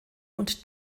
und